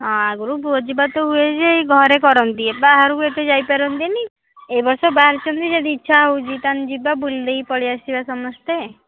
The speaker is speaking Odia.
ହଁ ଆଗରୁ ଭୋଜିଭାତ ହୁଏ ଯେ ଏଇ ଘରେ କରନ୍ତି ବାହାରକୁ ଏତେ ଯାଇପାରନ୍ତିନି ଏବର୍ଷ ବାହାରିଛନ୍ତି ଯଦି ଇଚ୍ଛା ହେଉଛି ତା'ହେଲେ ଯିବା ବୁଲି ଦେଇକି ପଳାଇ ଆସିବା ସମସ୍ତେ